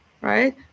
right